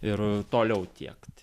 ir toliau tiekt